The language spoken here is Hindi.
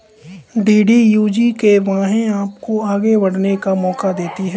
डी.डी.यू जी.के.वाए आपको आगे बढ़ने का मौका देती है